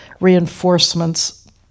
reinforcements